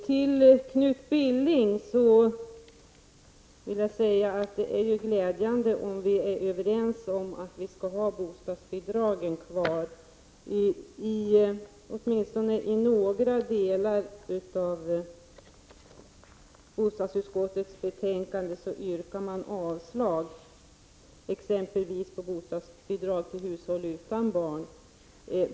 Till Knut Billing vill jag säga att det är glädjande om vi är överens om att bostadsbidragen skall vara kvar. Men det framgår ju av det här betänkandet från bostadsutskottet att moderaterna yrkar avslag exempelvis när det gäller bostadsbidrag till hushåll utan barn.